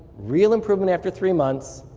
real improvement after three months,